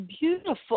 beautiful